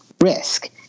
risk